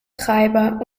treiber